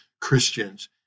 Christians